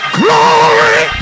glory